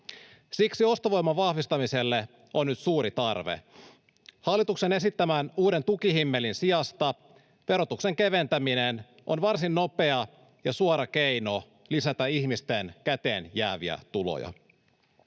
Siksi ostovoiman vahvistamiselle on nyt suuri tarve. Hallituksen esittämän uuden tukihimmelin sijasta verotuksen keventäminen on varsin nopea ja suora keino lisätä ihmisten käteen jääviä tuloja.